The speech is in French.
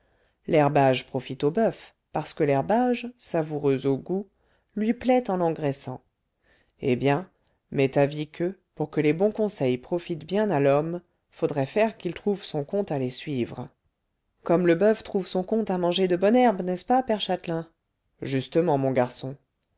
l'herbage profite au boeuf parce que l'herbage savoureux au goût lui plaît en l'engraissant eh bien m'est avis que pour que les bons conseils profitent bien à l'homme faudrait faire qu'il trouve son compte à les suivre comme le boeuf trouve son compte à manger de bonne herbe n'est-ce pas père châtelain justement mon garçon